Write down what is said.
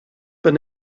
been